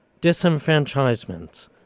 disenfranchisement